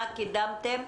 מה קידמתם?